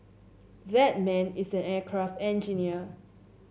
that man is an aircraft engineer